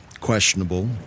questionable